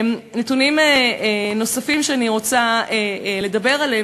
נתונים נוספים שאני רוצה לדבר עליהם,